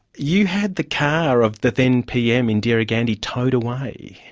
you had the car of the then pm, indira gandhi, towed away.